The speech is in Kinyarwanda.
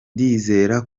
ndizera